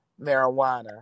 marijuana